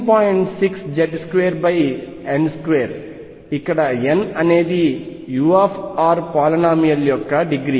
6Z2n2 ఇక్కడ n అనేది u polynomial యొక్క డిగ్రీ